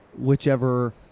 whichever